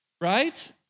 right